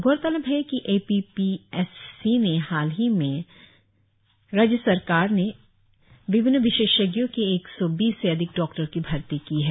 गौरतलब है कि A P P S C ने हाल ही में राज्य सरकार ने विभिन्न विशेषज्ञ के एक सौ बीस से अधिक डॉक्टरों की भर्ती की है